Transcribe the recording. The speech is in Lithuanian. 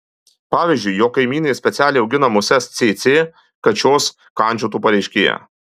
pavyzdžiui jog kaimynai specialiai augina muses cėcė kad šios kandžiotų pareiškėją